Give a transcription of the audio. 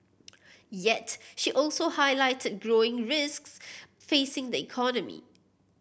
yet she also highlighted growing risks facing the economy